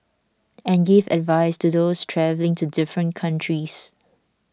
and give advice to those travelling to different countries